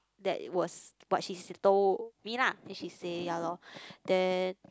that was what she told me lah then she say ya lor then